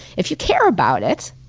if you care about it,